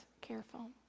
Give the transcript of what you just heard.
careful